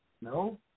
No